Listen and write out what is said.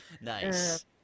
nice